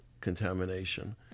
contamination